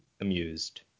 amused